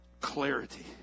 clarity